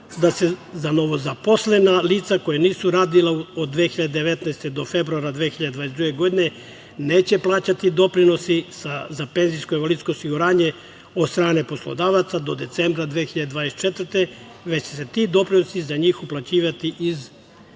da se za novozaposlena lica koja nisu radila od 2019. do februara 2022. godine neće plaćati doprinosi za penzijsko i invalidsko osiguranje od strane poslodavaca do decembra 2024. godine, već će se ti doprinosi za njih uplaćivati iz